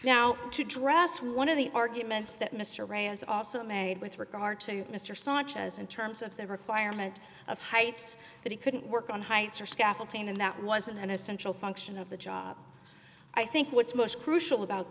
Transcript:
now to address one of the arguments that mr ray is also made with regard to mr sanchez in terms of the requirement of heights that he couldn't work on heights or scaffolding and that was an essential function of the job i think what's most crucial about